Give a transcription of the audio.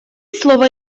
слово